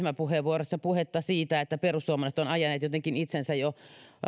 keskustan ryhmäpuheenvuorossa puhetta siitä että perussuomalaiset ovat ajaneet jotenkin itsensä jo